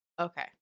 okay